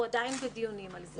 אנחנו עדיין בדיונים על זה.